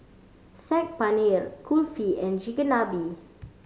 Saag Paneer Kulfi and Chigenabe